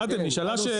חתאם, אבל נשאלה שאלה פה.